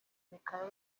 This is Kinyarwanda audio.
michael